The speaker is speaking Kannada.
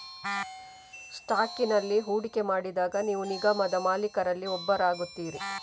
ಸ್ಟಾಕಿನಲ್ಲಿ ಹೂಡಿಕೆ ಮಾಡಿದಾಗ ನೀವು ನಿಗಮದ ಮಾಲೀಕರಲ್ಲಿ ಒಬ್ಬರಾಗುತ್ತೀರಿ